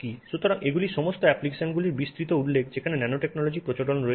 সুতরাং এগুলি সমস্ত অ্যাপ্লিকেশনগুলির বিস্তৃত উল্লেখ যেখানে ন্যানোটেকনোলজির প্রচলন রয়েছে